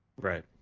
Right